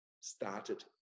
started